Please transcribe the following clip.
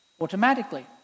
Automatically